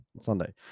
Sunday